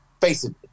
facing